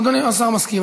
השר מסכים.